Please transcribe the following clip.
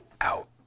Out